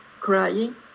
crying